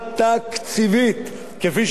כפי שעשינו בזמנו של אריק שרון,